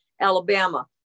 Alabama